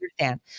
understand